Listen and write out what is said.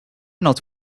not